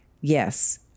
yes